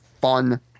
fun